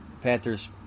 Panthers